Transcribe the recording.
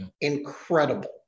incredible